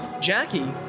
Jackie